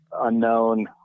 unknown